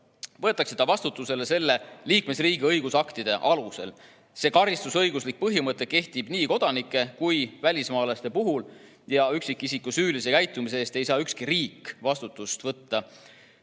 võetakse ta vastutusele selle liikmesriigi õigusaktide alusel. See karistusõiguslik põhimõte kehtib nii kodanike kui ka välismaalaste puhul ja üksikisiku süülise käitumise eest ei saa ükski riik vastutada.